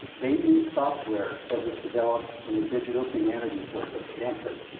they used software that was developed in the digital humanities work at stanford.